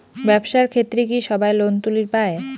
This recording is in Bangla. ব্যবসার ক্ষেত্রে কি সবায় লোন তুলির পায়?